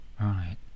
Right